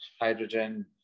hydrogen